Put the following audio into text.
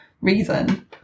reason